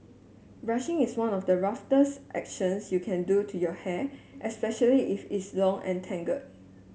brushing is one of the roughest actions you can do to your hair especially if it's long and tangle